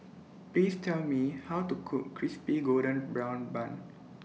Please Tell Me How to Cook Crispy Golden Brown Bun